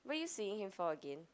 why are you seeing him for again